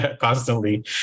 constantly